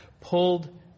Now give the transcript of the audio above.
pulled